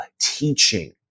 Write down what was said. teaching